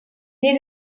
est